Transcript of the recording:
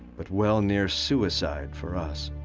but well near suicide for us.